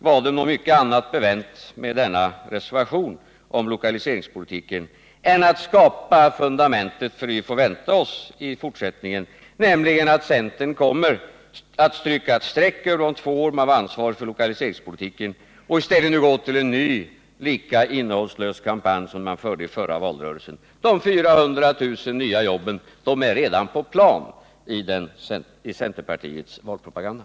Var det mycket annat bevänt med denna reservation om lokaliseringspolitiken än att den skapar fundamentet för det vi får vänta oss i fortsättningen, nämligen att centern kommer att stryka ett streck över de två år man var ansvarig för lokaliseringspolitiken och nu i stället gå till en ny och lika Nr 54 innehållslös kampanj som man förde i förra valrörelsen? De 400 000 nya Torsdagen den jobben finns redan i planen till centerpartiets valpropaganda.